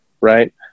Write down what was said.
right